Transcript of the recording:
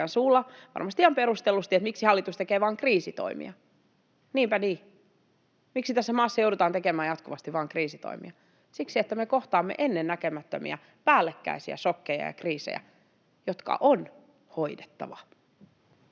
suulla varmasti ihan perustellusti, miksi hallitus tekee vaan kriisitoimia. Niinpä niin, miksi tässä maassa joudutaan tekemään jatkuvasti vain kriisitoimia? Siksi, että me kohtaamme ennennäkemättömiä, päällekkäisiä šokkeja ja kriisejä, jotka on hoidettava.